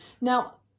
Now